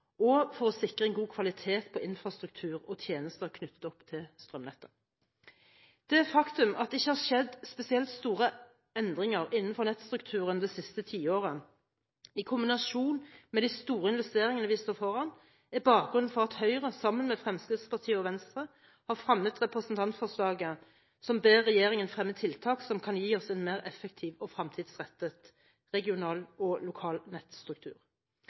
og for å sikre en god kvalitet på infrastruktur og tjenester knyttet opp til strømnettet. Det faktum at det ikke har skjedd spesielt store endringer innenfor nettstrukturen det siste tiåret, i kombinasjon med de store investeringene vi står foran, er bakgrunnen for at Høyre, sammen med Fremskrittspartiet og Venstre, har fremmet representantforslaget som ber regjeringen fremme tiltak som kan gi oss en mer effektiv og fremtidsrettet regional og lokal nettstruktur.